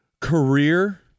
career